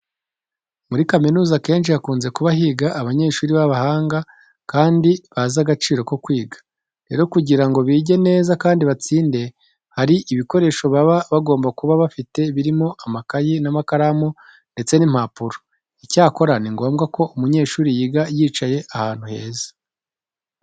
Muri kaminuza akenshi hakunze kuba higa abanyeshuri b'abahanga kandi bazi agaciro ko kwiga. Rero kugira ngo bige neza kandi batsinde, hari ibikoresho baba bagomba kuba bafite birimo amakayi n'amakaramu ndetse n'impapuro. Icyakora ni ngombwa ko umunyeshuri yiga yicaye ahantu heza.